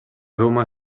roma